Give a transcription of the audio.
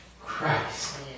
Christ